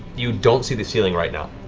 you don't see the ceiling right now.